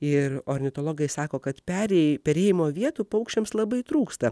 ir ornitologai sako kad perėjai perėjimo vietų paukščiams labai trūksta